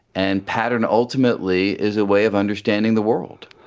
and pattern ultimately is a way of understanding the world.